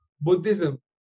Buddhism